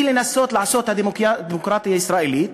לנסות לעשות דמוקרטיה ישראלית,